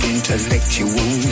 Intellectual